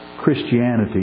Christianity